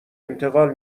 انتقال